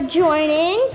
joining